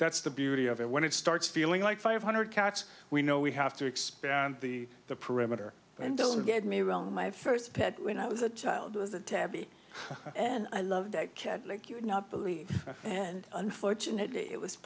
that's the beauty of it when it starts feeling like five hundred cats we know we have to expand the perimeter and don't get me wrong my first pet when i was a child was a tabby and i loved a kid like you would not believe and unfortunately it was